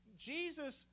Jesus